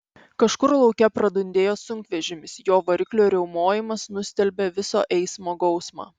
kažkur lauke pradundėjo sunkvežimis jo variklio riaumojimas nustelbė viso eismo gausmą